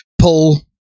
pull